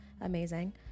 amazing